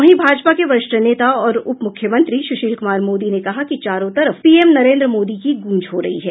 वहीं भाजपा के वरिष्ठ नेता और उप मुख्यमंत्री सुशील कुमार मोदी ने कहा कि चारों तरफ पीएम नरेन्द्र मोदी की गुंज हो रही है